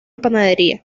panadería